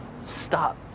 stop